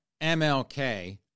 MLK